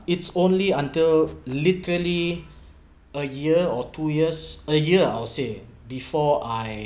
it's only until literally a year or two years a year I'll say before I